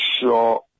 sure